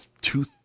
two